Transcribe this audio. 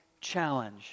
challenge